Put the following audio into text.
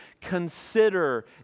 consider